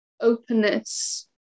openness